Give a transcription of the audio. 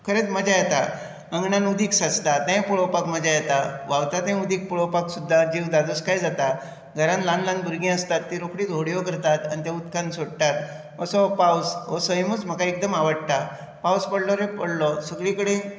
खरेंच मजा येता आंगणांत उदीत साचता तेय पळोवपाक मजा येता व्हांवता ते उदीक पळोवपाक सुद्दां जीव धादोसकाय जाता घरांत ल्हान ल्हान भुरगीं आसतात ती रोखडींच होडयो करतात आनी त्या उदकांत सोडटात असो हो पावस हो सैमुच म्हाका एकदम आवडटा पावस पडलो रे पडलो सगळी कडेन